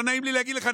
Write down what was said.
לא נעים לי להגיד לך,